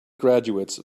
graduates